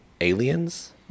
Aliens